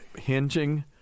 hinging